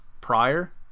prior